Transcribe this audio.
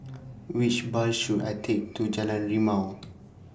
Which Bus should I Take to Jalan Rimau